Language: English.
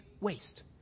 waste